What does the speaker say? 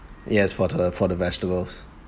yes for the for the vegetables